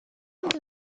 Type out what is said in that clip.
into